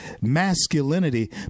masculinity